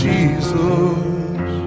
Jesus